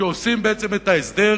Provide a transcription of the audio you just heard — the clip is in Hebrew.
שעושים בעצם את ההסדר,